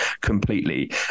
completely